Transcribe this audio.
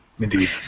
Indeed